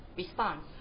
response